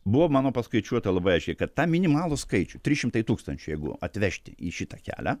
buvo mano paskaičiuota labai aiškiai kad tą minimalų skaičių trys šimtai tūkstančių jeigu atvežti į šitą kelią